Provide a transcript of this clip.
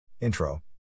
Intro